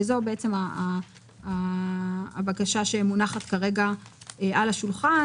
זו בעצם הבקשה שמונחת כרגע על השולחן.